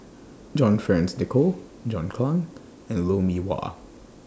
John Fearns Nicoll John Clang and Lou Mee Wah